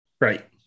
Right